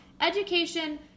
education